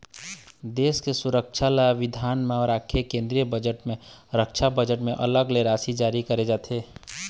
देश के सुरक्छा ल धियान म राखके केंद्रीय बजट म रक्छा बजट म अलग ले राशि जारी करे जाथे